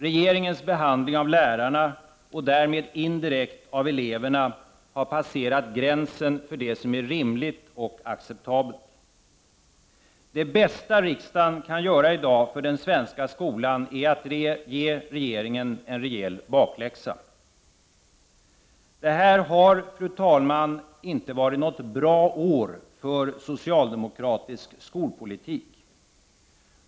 Regeringens behandling av lärarna, och därmed indirekt eleverna, har passerat gränsen för det som är rimligt och acceptabelt. Det bästa riksdagen i dag kan göra för den svenska skolan är att ge regeringen en rejäl bakläxa. Det här har, fru talman, inte varit något bra år för socialdemokratisk skolpolitik.